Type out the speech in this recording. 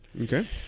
Okay